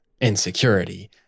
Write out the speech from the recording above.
insecurity